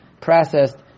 processed